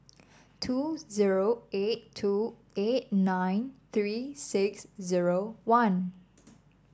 two zero eight two eight nine three six zero one